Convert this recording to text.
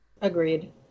Agreed